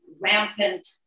rampant